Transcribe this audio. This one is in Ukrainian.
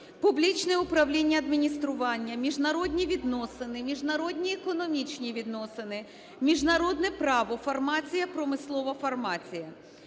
"Публічне управління адміністрування", "Міжнародні відносини", "Міжнародні економічні відносини", "Міжнародне право", "Фармація", "Промислова фармація".